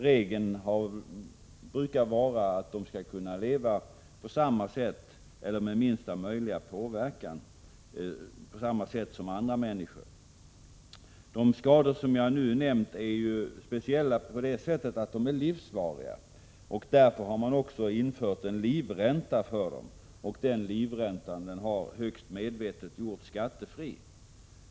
Regeln brukar vara att de skall kunna leva med minsta möjliga påverkan på samma sätt som andra människor. De skador som jag nu har nämnt är speciella på det sättet att de är livsfarliga. Därför har man infört en livränta för dessa personer, och denna livränta har högst medvetet gjorts skattefri.